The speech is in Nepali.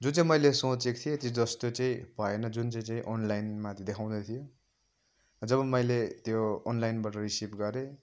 जो चाहिँ मैले सोचेको थिएँ त्यो जस्तो चाहिँ भएन जुन चाहिँ चाहिँ अनलाइनमा देखाउँदै थियो जब मैले त्यो अनलाइनबाट रिसिभ गरेँ